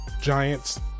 Giants